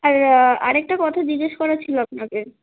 আর আরেকটা কথা জিগ্যেস করার ছিলো আপনাকে